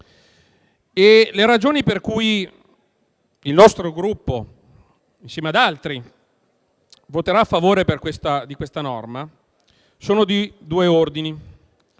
Le ragioni per cui il nostro Gruppo, insieme ad altri, voterà a favore di questa norma sono di due ordini.